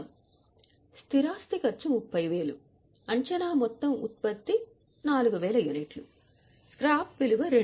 కాబట్టి స్థిరాస్తి ఖర్చు 30000 అంచనా మొత్తం ఉత్పత్తి 4000 యూనిట్లు స్క్రాప్ విలువ రూ